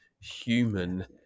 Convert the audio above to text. human